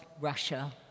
Russia